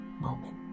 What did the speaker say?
moment